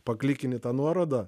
paklikini tą nuorodą